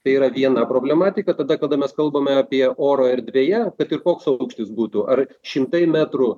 tai yra viena problematika tada kada mes kalbame apie oro erdvėje kad ir koks aukštis būtų ar šimtai metrų